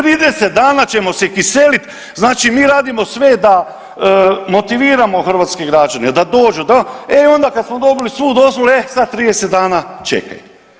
30 dana ćemo se kiseliti, znači mi radimo sve da motiviramo hrvatske građane, da dođu, da onda, e onda kad smo dobili svu dozvolu, e sad 30 dana čekaj.